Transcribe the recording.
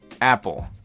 Apple